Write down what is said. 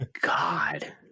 God